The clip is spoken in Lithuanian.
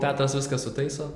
petras viską sutaiso